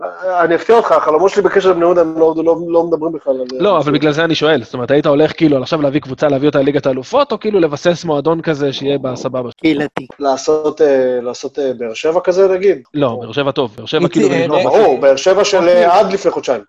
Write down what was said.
אני אפתיע אותך, החלומות שלי בקשר לבניון, הם לא מדברים בכלל על זה. לא, אבל בגלל זה אני שואל, זאת אומרת, היית הולך כאילו עכשיו להביא קבוצה, להביא אותה לליגת העלופות, או כאילו לבסס מועדון כזה שיהיה בסבבה? כאילו, לעשות באר שבע כזה, נגיד. לא, באר שבע טוב, באר שבע כאילו... ברור, באר שבע של עד לפני חודשיים.